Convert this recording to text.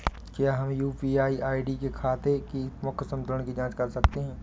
क्या हम UPI ID से खाते के मूख्य संतुलन की जाँच कर सकते हैं?